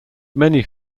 many